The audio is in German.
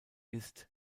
ist